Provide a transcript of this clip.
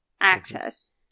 access